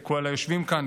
לכל היושבים כאן,